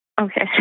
Okay